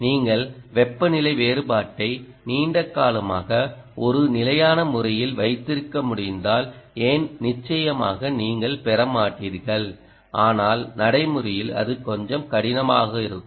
நீங்கள் வெப்பநிலை வேறுபாட்டை நீண்ட காலமாக ஒரு நிலையான முறையில் வைத்திருக்க முடிந்தால் ஏன் நிச்சயமாக நீங்கள் பெற மாட்டீர்கள் ஆனால் நடைமுறையில் அதுகொஞ்சம் கடினமாக இருக்கும்